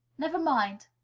never mind!